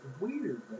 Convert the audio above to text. Weird